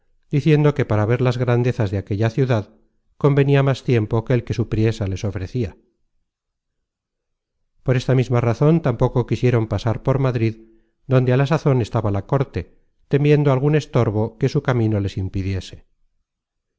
diciendo que para ver las grandezas de aquella ciudad convenia más tiempo que el que su priesa les ofrecia por esta misma razon tampoco quisieron pasar por madrid donde á la sazon estaba la corte temiendo algun estorbo que su camino les impidiese